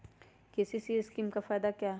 KCC scheme का फायदा क्या है?